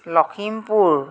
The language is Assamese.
লখিমপুৰ